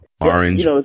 Orange